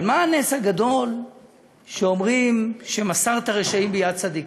אבל מה הנס הגדול שאומרים שמסרת רשעים ביד צדיקים?